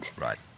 Right